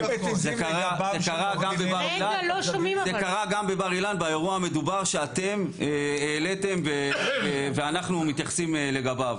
זה קרה גם בבר אילן באירוע המדובר שאתם העליתם ואנחנו מתייחסים לגביו.